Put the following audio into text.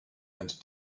and